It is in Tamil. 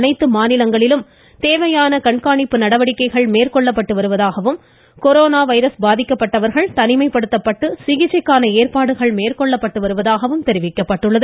அனைத்து மாநிலங்களிலும் தேவையான கண்காணிப்பு நடவடிக்கைகள் மேற்கொள்ளப்பட்டு வருவதாகவும் கொரோனா வைரஸ் பாதிக்கப்பட்டவர்கள் தனிமைப்படுத்தி சிகிச்சைக்கான ஏற்பாடுகள் மேற்கொள்ளப்படுவதாக கூறியுள்ளது